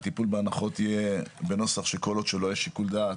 לפיה הטיפול בהנחות יהיה כך שכל עוד אין שיקול דעת